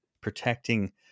protecting